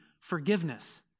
forgiveness